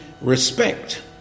respect